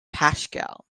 paschal